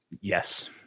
Yes